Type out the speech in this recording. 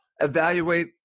evaluate